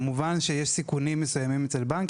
כמובן שיש סיכונים מסוימים אצל בנקים